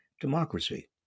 democracy